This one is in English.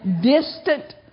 distant